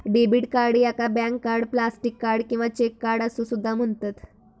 debit card याका bank card, plastic card किंवा cheque card असो सुद्धा म्हणतत